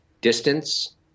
distance